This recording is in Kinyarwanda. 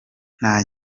nta